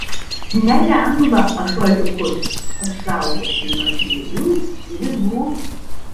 nelengva ąžuoliukus apsaugoti nuo žvėrių ligų